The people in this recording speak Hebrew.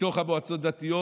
מתוך המועצות הדתיות